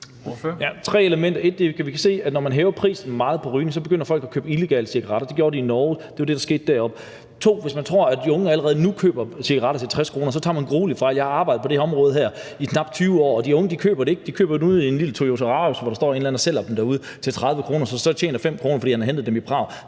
tre elementer. 1: Vi kan se, at når man hæver prisen meget på rygning, begynder folk at købe illegale cigaretter. Det gjorde de i Norge. Det var det, der skete deroppe. 2: Hvis man tror, at de unge allerede nu køber cigaretter til 60 kr., så tager man gruelig fejl. Jeg har arbejdet med det her område i knap 20 år, og de unge køber dem ikke i butikkerne. De køber dem ude ved en lille Toyota, hvor der står en eller anden og sælger dem derude til 30 kr., som så tjener 5 kr., fordi han har hentet dem i Prag.